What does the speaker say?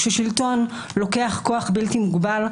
כששלטון לוקח כוח בלתי מוגבל,